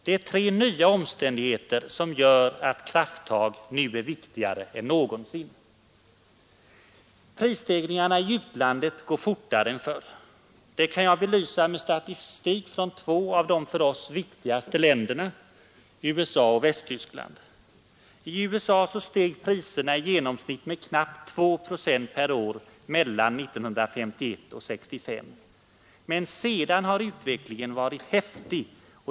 Det är tre nya omständigheter som gör att krafttag nu är viktigare än någonsin: 1. Prisstegringarna i utlandet går fortare än förr. Det kan belysas med statistik från två av de för vår ekonomi viktigaste länderna, USA och Västtyskland. I USA steg priserna i genomsnitt med knappt 2 procent per år mellan 1951 och 1965, men sedan har utvecklingen varit häftig.